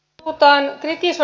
rouva puhemies